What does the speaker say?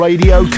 Radio